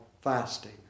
fasting